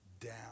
down